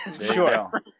Sure